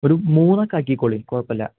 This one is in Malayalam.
ഒരു മൂന്നൊക്കെ ആക്കിക്കോളൂ കുഴപ്പമില്ല